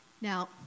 Now